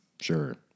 Sure